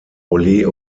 ole